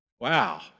Wow